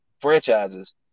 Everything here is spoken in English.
franchises